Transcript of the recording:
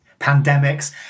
pandemics